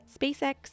SpaceX